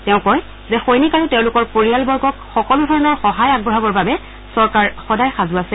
তেওঁ কয় যে সৈনিক আৰু তেওঁলোকৰ পৰিয়ালবৰ্গক সকলো ধৰণৰ সহায় আগবঢ়াবৰ বাবে চৰকাৰ সদায় সাজু আছে